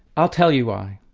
i'll tell you why.